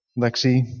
Lexi